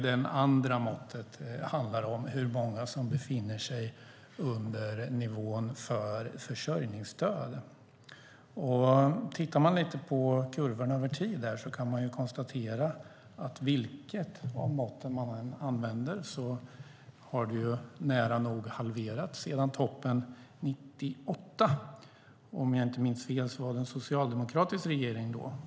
Det andra måttet handlar om hur många som befinner sig under nivån för försörjningsstöd. Om vi tittar på kurvorna över tid kan vi konstatera att oavsett vilket mått vi använder har mängden nära nog halverats sedan toppen 1998. Om jag inte minns fel var det en socialdemokratisk regering då.